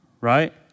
right